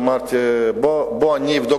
אמרתי: אני אבדוק,